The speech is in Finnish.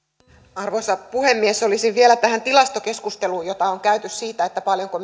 arvoisa puhemies olisin vielä tähän tilastokeskusteluun jota on käyty siitä paljonko